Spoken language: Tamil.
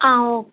ஆ ஓகே